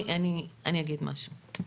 אני אגיד משהו.